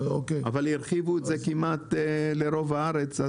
אבל הרחיבו את זה כמעט לרוב הארץ,